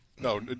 No